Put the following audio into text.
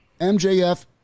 MJF